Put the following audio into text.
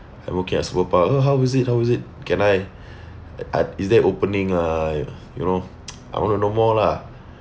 I'm working at how was it how was it can I a is there an opening ah you know I want to know more lah